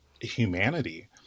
humanity